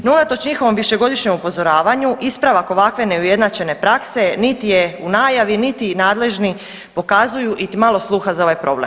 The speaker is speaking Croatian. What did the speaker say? No unatoč njihovom višegodišnjem upozoravanju ispravak ovako neujednačene prakse niti je u najavi niti nadležni pokazuju iti malo sluha za ovaj problem.